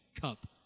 cup